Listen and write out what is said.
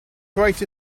great